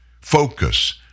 Focus